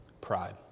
Pride